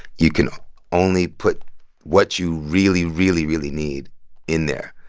you can only put what you really, really, really need in there.